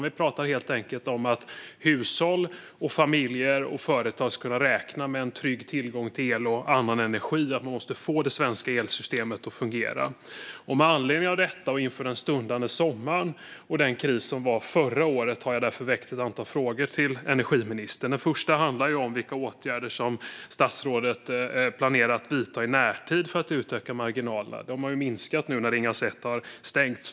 Vi pratar helt enkelt om att hushåll, familjer och företag ska kunna räkna med en trygg tillgång till el och annan energi och om att man måste få det svenska elsystemet att fungera. Med anledning av detta och den kris som var förra året har jag därför ställt ett antal frågor till energiministern inför den stundande sommaren. Den första handlar om vilka åtgärder som statsrådet planerar att vidta i närtid för att utöka marginalerna. De har ju minskat nu när Ringhals 1 har stängts.